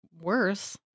worse